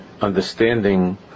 understanding